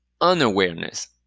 unawareness